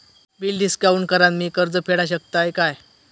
Bill discount करान मी कर्ज फेडा शकताय काय?